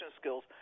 skills